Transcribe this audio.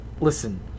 listen